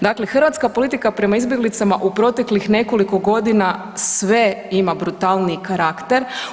Dakle, hrvatska politika prema izbjeglicama u proteklih nekoliko godina sve ima brutalniji karakter.